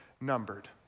numbered